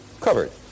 covered